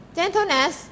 gentleness